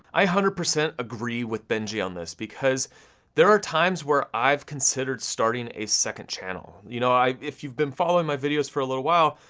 i one hundred percent agree with benji on this, because there are times where i've considered starting a second channel, you know, i if you've been following my videos for a little while,